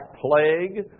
plague